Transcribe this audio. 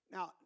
Now